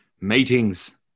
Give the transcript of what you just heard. Meetings